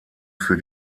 für